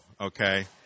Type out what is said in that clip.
okay